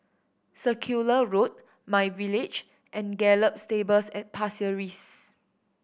Circular Road myVillage and Gallop Stables at Pasir Ris